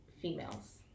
females